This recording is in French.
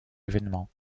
événements